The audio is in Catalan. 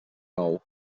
nou